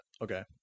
Okay